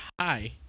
Hi